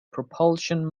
propulsion